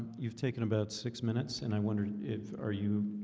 you've taken about six minutes, and i wonder if are you